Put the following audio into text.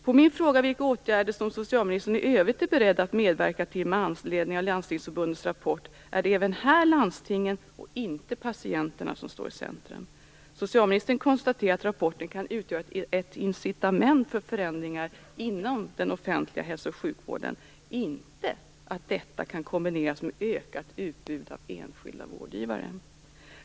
På min fråga om vilka åtgärder som socialministern i övrigt är beredd att medverka till med anledning av Landstingsförbundets rapport är det även här landstingen - inte patienterna - som står i centrum. Socialministern konstaterar att rapporten kan utgöra ett incitament för förändringar inom den offentliga hälso och sjukvården - inte att detta kan kombineras med ett utökat utbud av enskilda vårdgivare.